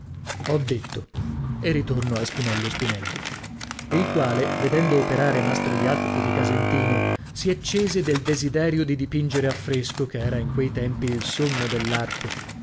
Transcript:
ho detto e ritorno a spinello spinelli il quale vedendo operare mastro jacopo di casentino si accese del desiderio di dipingere a fresco che era in quei tempi il sommo dell'arte